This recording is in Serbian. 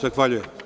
Zahvaljujem.